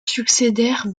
succédèrent